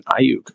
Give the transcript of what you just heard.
Ayuk